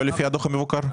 לא לפי הדוח המבוקר?